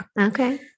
Okay